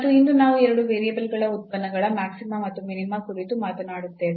ಮತ್ತು ಇಂದು ನಾವು ಎರಡು ವೇರಿಯೇಬಲ್ಗಳ ಉತ್ಪನ್ನಗಳ ಮ್ಯಾಕ್ಸಿಮಾ ಮತ್ತು ಮಿನಿಮಾ ಕುರಿತು ಮಾತನಾಡುತ್ತೇವೆ